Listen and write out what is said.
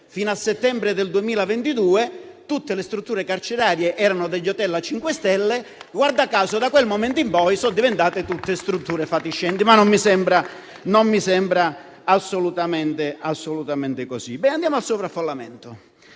fino a settembre del 2022 tutte le strutture carcerarie erano degli hotel a 5 stelle; guarda caso, da quel momento in poi sono diventate tutte strutture fatiscenti. Non mi sembra però assolutamente così. Si è parlato di sovraffollamento,